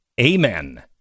Amen